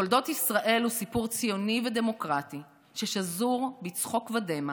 תולדות ישראל הן סיפור ציוני ודמוקרטי ששזור בצחוק ודמע,